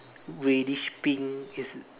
reddish pink is